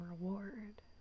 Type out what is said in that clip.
reward